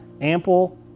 ample